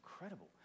incredible